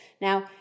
Now